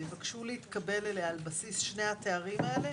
ויבקשו להתקבל אליה על בסיס שני התארים האלה,